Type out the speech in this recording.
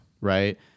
Right